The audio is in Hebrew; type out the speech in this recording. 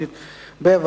(קובלנה נגד עובד רשות מקומית),